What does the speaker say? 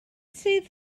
sydd